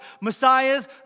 Messiahs